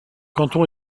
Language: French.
canton